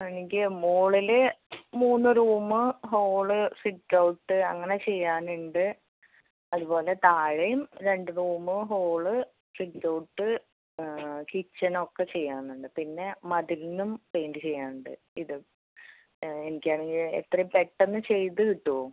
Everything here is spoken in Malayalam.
എനിക്ക് മോളിൽ മൂന്ന് റൂമ് ഹോള് സിറ്റ് ഔട്ട് അങ്ങനെ ചെയ്യാനുണ്ട് അതുപോലെ താഴെം രണ്ട് റൂമ് ഹോള് സിറ്റ് ഔട്ട് കിച്ചാണൊക്കെ ചെയ്യാനുണ്ട് പിന്നെ മതിൽനും പെയിൻറ്റ് ചെയ്യാനുണ്ട് ഇതും എനിക്കാണെങ്കിൽ എത്രേം പെട്ടന്ന് ചെയ്ത് കിട്ടുവോ